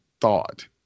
thought